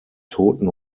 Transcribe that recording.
toten